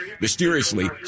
mysteriously